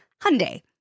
Hyundai